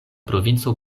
provinco